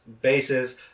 bases